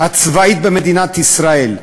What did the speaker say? הצבאית במדינת ישראל,